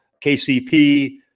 KCP